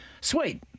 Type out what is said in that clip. Sweet